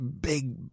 big